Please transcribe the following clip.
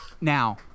Now